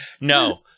No